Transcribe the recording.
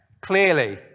Clearly